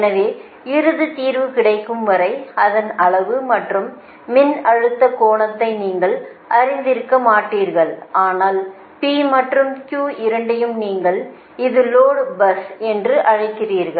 எனவேஇறுதி தீர்வு கிடைக்கும் வரை அதன் அளவு மற்றும் மின்னழுத்தக் கோணத்தை நீங்கள் அறிந்திருக்க மாட்டீர்கள் ஆனால் P மற்றும் Q இரண்டையும் நீங்கள் இது லோடு பஸ் என்று அழைக்கிறீர்கள்